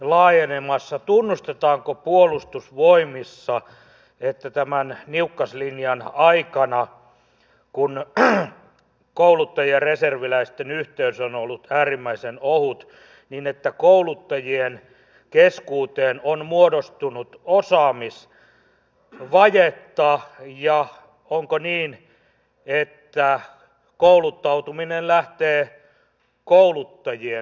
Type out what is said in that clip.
tunnustetaanko puolustusvoimissa että tämän niukkaslinjan aikana kun kouluttajien ja reserviläisten yhteys on ollut äärimmäisen ohut kouluttajien keskuuteen on muodostunut osaamisvajetta ja onko niin että kouluttautuminen lähtee kouluttajien kouluttamisesta